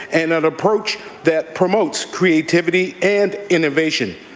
and an approach that promotes creativity and innovation,